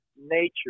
nature